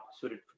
suited